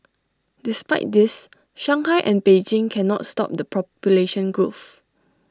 despite this Shanghai and Beijing cannot stop the population growth